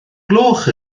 gloch